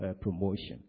promotion